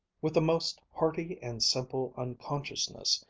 with the most hearty and simple unconsciousness,